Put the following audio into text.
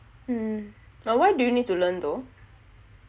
mm but why do you need to learn though